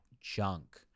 junk